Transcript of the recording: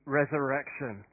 resurrection